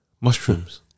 Mushrooms